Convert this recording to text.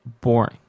boring